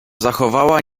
zachowała